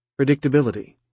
predictability